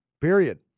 period